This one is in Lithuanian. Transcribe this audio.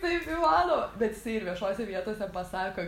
kaip įmano bet jisai ir viešose vietose pasako